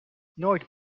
nooit